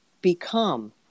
become